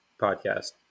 podcast